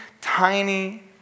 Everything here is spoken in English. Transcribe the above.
tiny